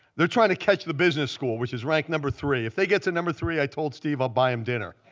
they're trying to catch the business school, which is ranked number three. if they get to number three, i told steve i'll buy him dinner.